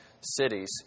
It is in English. cities